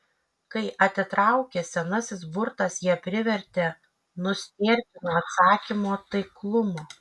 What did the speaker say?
kai atitraukė senasis burtas ją privertė nustėrti nuo atsakymo taiklumo